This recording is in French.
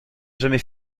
jamais